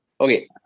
okay